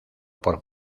por